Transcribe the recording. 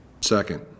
second